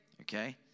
okay